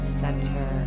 center